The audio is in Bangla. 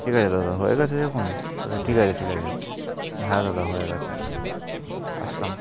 ঠিক আছে দাদা হয়ে গেছে যখন তালে ঠিক আছে ঠিক আছে হ্যাঁ দাদা হয়ে গেছে আসলাম